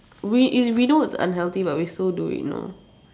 we it we know it's unhealthy but we still do it you know